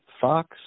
Fox